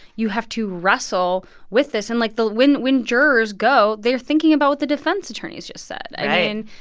you have to wrestle with this. and, like, the when when jurors go, they're thinking about what the defense attorney's just said right i mean,